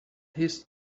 his